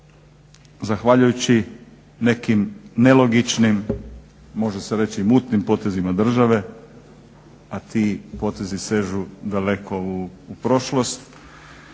zahvaljujući nekim nelogičnim, može se reći i mutnim potezima države a ti potezi sežu daleko u prošlost.